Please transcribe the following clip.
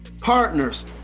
partners